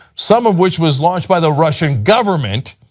some of which was launched by the russian government,